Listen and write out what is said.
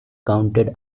counted